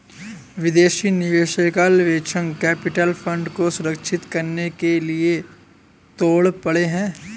विदेशी निवेशक venture capital fund को सुरक्षित करने के लिए दौड़ पड़े हैं